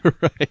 Right